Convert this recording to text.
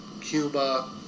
Cuba